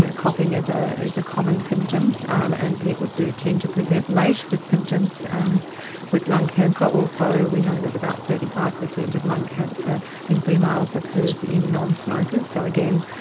you know coughing is ah is a common symptom um and people do tend to present late with symptoms um with lung cancer. also we know that about thirty five percent of lung cancer in females occurs in non-smokers. so again,